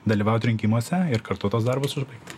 dalyvaut rinkimuose ir kartu tuos darbus užbaigti